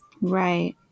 Right